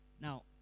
Now